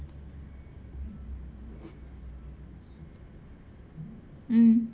mm